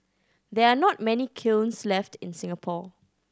there are not many kilns left in Singapore